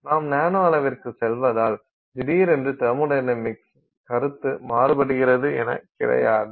நாம் நானோ அளவிற்கு செல்வதால் திடீரென்று தெர்மொடைனமிக்ஸ் கருத்து மாறுகிறது என கிடையாது